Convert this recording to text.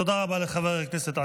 תודה רבה לחבר הכנסת עטאונה.